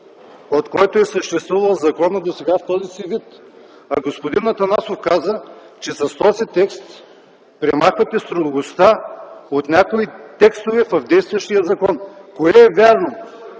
който съществува досега, в сегашния му вид. А господин Атанасов каза, че с този текст премахвате строгостта от някои текстове в действащия закон. Кое е вярното?!